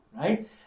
right